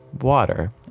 water